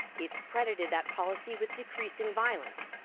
it's credited that policy with decreasing violence.